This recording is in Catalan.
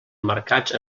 mercats